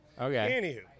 Okay